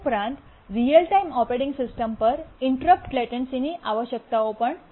ઉપરાંત real time operating system પર interrupt લેટન્સીની આવશ્યકતાઓ પણ છે